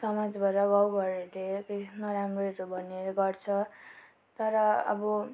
समाजबाट गाउँघरहरूले त्यही नराम्रोहरू भन्ने गर्छ तर अब